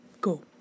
go